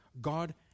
God